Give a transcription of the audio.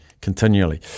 Continually